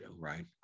right